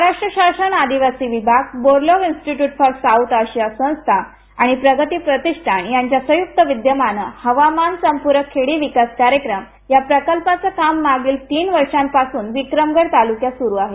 महाराष्ट्र शासन आदिवासी विभाग Borlaug Institute for South Asia संस्था आणि प्रगती प्रतिष्ठान यांच्या संयुक्त विद्यमानं हवामान संपुरक खेडी विकास कार्यक्रम ह्या प्रकल्पाचं काम मागील तीन वर्षांपासून विक्रमगड तालुक्यात सुरू आहे